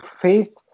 Faith